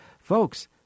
Folks